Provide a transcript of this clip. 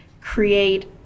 create